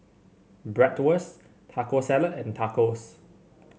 Bratwurst Taco Salad and Tacos